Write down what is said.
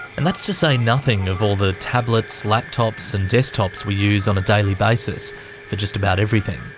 and that's to say nothing of all the tablets, laptops, and desktops we use on a daily basis for just about everything.